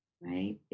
right